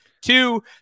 two